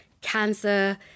cancer